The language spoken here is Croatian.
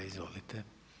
Izvolite.